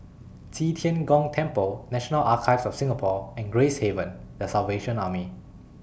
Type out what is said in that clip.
Qi Tian Gong Temple National Archives of Singapore and Gracehaven The Salvation Army